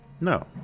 No